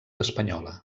espanyola